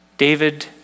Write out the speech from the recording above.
David